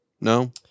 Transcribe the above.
no